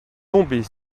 tomber